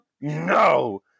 No